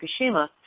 Fukushima